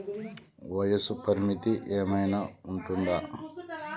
వయస్సు పరిమితి ఏమైనా ఉంటుందా?